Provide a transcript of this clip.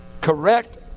correct